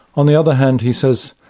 on the other hand he says,